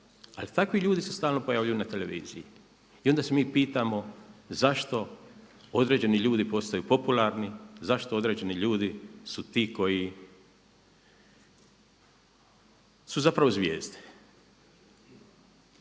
ali takvi ljudi se stalno pojavljuju na televiziji. I onda se mi pitamo zašto određeni ljudi postaju popularni, zašto određeni ljudi su ti koji su zapravo zvijezde.